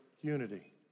unity